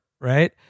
right